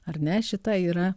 ar ne šita yra